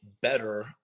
better